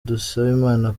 dusabimana